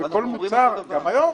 המוצר, גם היום.